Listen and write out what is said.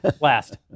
last